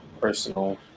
personal